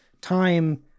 time